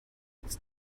its